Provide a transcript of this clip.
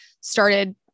started